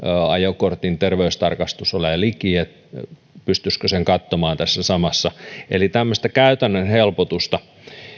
ajokortin terveystarkastus olemaan liki että pystyisikö sen katsomaan tässä samassa eli on tämmöistä käytännön helpotusta